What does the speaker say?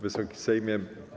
Wysoki Sejmie!